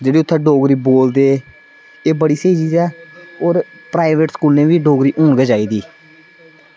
जेह्ड़ी उत्थैं डोगरी बोलदे एह् बड़ी स्हेई चीज ऐ और प्राईवेट स्कूलें बी डोगरी होन गै चाहिदी